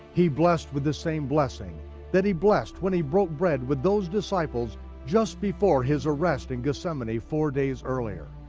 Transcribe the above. he blessed with the same blessing that he blessed when he broke bread with those disciples just before his arrest in gethsemane four days earlier.